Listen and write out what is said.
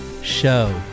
show